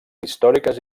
històriques